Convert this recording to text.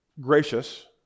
gracious